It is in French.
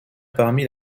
parmi